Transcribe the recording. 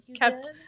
kept